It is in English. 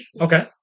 Okay